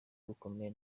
bukomeye